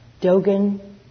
Dogen